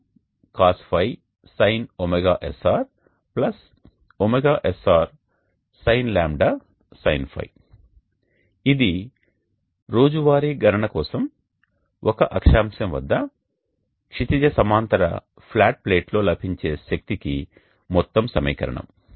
sin ωSR ωSR sin δ sin φ ఇది రోజువారీ గణన కోసం ఒక అక్షాంశం వద్ద క్షితిజ సమాంతర ఫ్లాట్ ప్లేట్లో లభించే శక్తికి మొత్తం సమీకరణం